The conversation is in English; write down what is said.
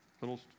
little